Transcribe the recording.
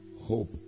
hope